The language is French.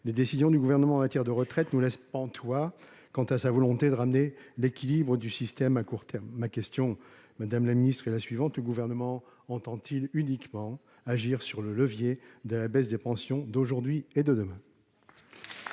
les décisions du Gouvernement en matière de retraite nous laissent pantois quant à sa volonté de ramener l'équilibre du système à court terme. Madame la secrétaire d'État, ma question est la suivante : le Gouvernement entend-il uniquement agir sur le levier de la baisse des pensions d'aujourd'hui et de demain ?